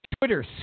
Twitter